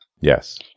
Yes